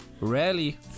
rarely